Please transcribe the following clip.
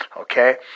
Okay